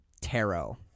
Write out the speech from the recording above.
tarot